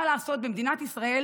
מה לעשות, במדינת ישראל